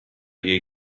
jej